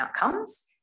outcomes